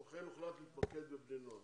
כמו כן הוחלט להתמקד בבני נוער.